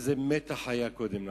איזה מתח היה קודם לכן,